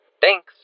Thanks